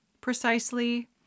precisely